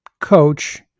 coach